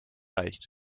reicht